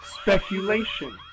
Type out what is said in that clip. Speculation